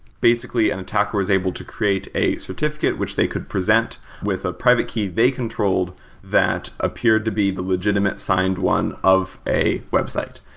basically, an attack was able to create a certificate which they could present with a private they controlled that appeared to be the legitimate signed one of a website.